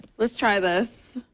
let's try this.